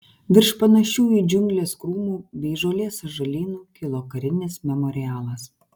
virš panašių į džiungles krūmų bei žolės sąžalynų kilo karinis memorialas